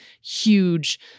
huge